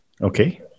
Okay